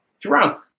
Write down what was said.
drunk